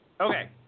Okay